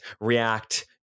react